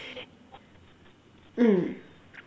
mm